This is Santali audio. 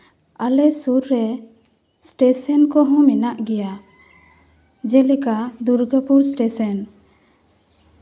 ᱟᱞᱮ ᱥᱩᱨ ᱨᱮ ᱥᱴᱮᱥᱚᱱ ᱠᱚᱦᱚᱸ ᱢᱮᱱᱟᱜ ᱜᱮᱭᱟ ᱡᱮᱞᱮᱠᱟ ᱫᱩᱨᱜᱟᱯᱩᱨ ᱥᱴᱮᱥᱚᱱ